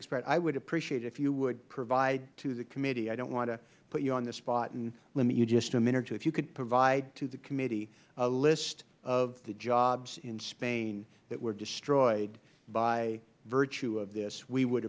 expired i would appreciate it if you would provide to the committee i don't want to put you on the spot and limit you just to a minute or two if you could provide to the committee a list of the jobs in spain that were destroyed by virtue of this we would